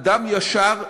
אדם ישר,